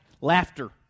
Laughter